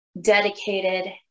dedicated